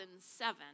2007